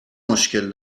مشکل